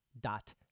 dot